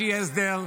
חבר הכנסת קריב,